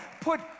Put